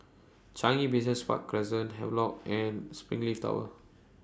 Changi Business Park Crescent Havelock and Springleaf Tower